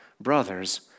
Brothers